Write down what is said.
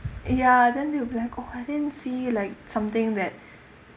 ya and then they'd be like oh I didn't see it like something that